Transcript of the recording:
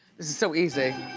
so easy.